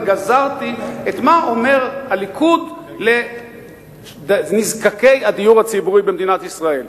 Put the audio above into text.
אני גזרתי מה אומר הליכוד לנזקקי הדיור הציבורי במדינת ישראל.